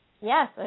Yes